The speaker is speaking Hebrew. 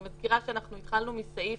אני מזכירה שאנחנו התחלנו מסעיף